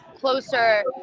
closer